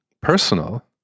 personal